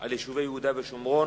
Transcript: על יישובי יהודה ושומרון,